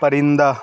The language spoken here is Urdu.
پرندہ